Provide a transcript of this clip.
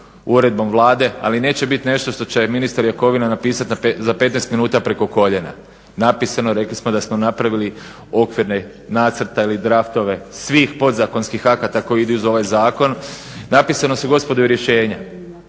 uredbom Vlade ali neće biti nešto što će ministar Jakovina napisati za 15 minuta preko koljena. Napisano, rekli smo da smo napravili okvirne nacrte ili draftove svih podzakonskih akata koji idu uz ovaj zakon, napisano su gospodo i rješenja,